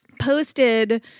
posted